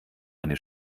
eine